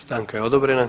Stanka je odobrena.